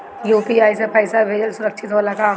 UPI से पैसा भेजल सुरक्षित होला का?